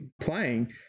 playing